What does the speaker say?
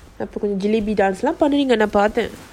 dance lah பண்ணுவீங்கநான்பார்த்தேன்:pannuveenga nan parthen